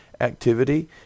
activity